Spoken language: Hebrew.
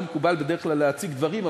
לא מקובל בדרך כלל להציג דברים,